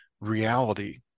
reality